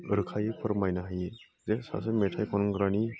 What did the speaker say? रोखायै फोरमायनो हायो जे सासे मेथाइ खनग्रानि